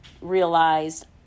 realized